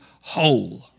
whole